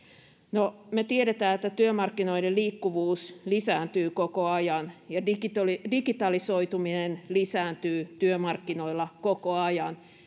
no me tiedämme että työmarkkinoiden liikkuvuus lisääntyy koko ajan ja digitalisoituminen lisääntyy työmarkkinoilla koko ajan